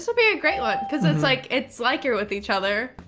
so be a great one, cause it's like it's like you're with each other,